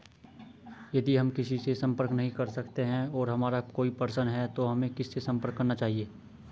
यदि हम किसी से संपर्क नहीं कर सकते हैं और हमारा कोई प्रश्न है तो हमें किससे संपर्क करना चाहिए?